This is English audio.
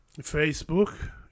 Facebook